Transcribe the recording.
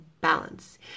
Balance